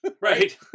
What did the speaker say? Right